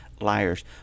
liars